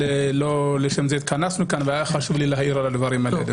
לא לשם זה התכנסנו כאן היום אבל היה חשוב לי להעיר על הדברים האלה.